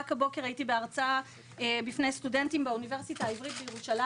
רק הבוקר הייתי בהרצאה בפני סטודנטים באוניברסיטה העברית בירושלים.